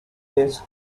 lives